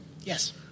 Yes